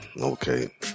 Okay